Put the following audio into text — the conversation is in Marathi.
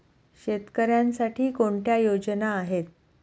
शेतकऱ्यांसाठी कोणत्या योजना आहेत?